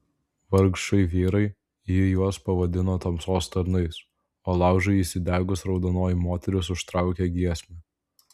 vargšai vyrai ji juos pavadino tamsos tarnais o laužui įsidegus raudonoji moteris užtraukė giesmę